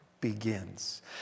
begins